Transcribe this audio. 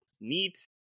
Neat